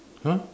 !huh!